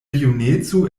juneco